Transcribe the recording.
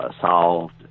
solved